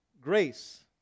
grace